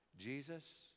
Jesus